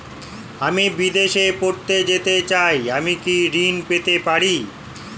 আমি বিদেশে পড়তে যেতে চাই আমি কি ঋণ পেতে পারি?